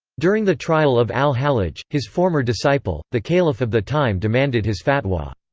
during the trial of al-hallaj, his former disciple, the caliph of the time demanded his fatwa.